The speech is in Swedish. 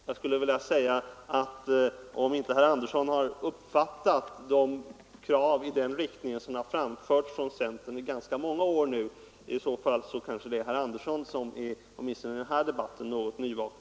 Jag skulle vilja säga att om inte herr Andersson uppfattat de krav i den riktningen som i nu ganska många år framförts från centern är det kanske herr Andersson som — åtminstone i den här debatten — är något nyvaken.